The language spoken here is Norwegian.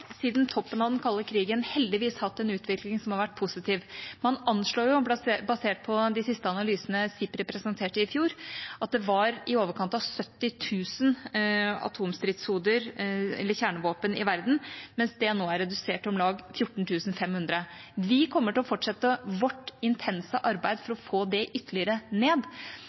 siden toppen av den kalde krigen heldigvis hatt en utvikling som har vært positiv. Basert på de siste analysene SIPRI presenterte i fjor, anslår man at det var i overkant av 70 000 atomstridshoder eller kjernevåpen i verden, mens tallet nå er redusert til om lag 14 500. Vi kommer til å fortsette vårt intense arbeid for å få det ytterligere ned,